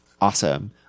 awesome